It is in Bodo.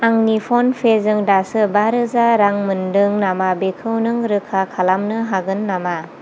आंनि फन पेजों दासो बा रोजा रां मोनदों नामा बेखौ नों रोखा खालामनो हागोन नामा